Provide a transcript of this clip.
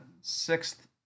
sixth